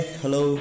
hello